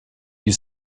you